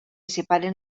separen